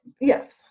yes